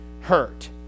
hurt